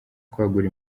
kwagura